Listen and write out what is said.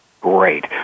Great